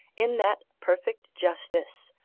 in that perfect justice,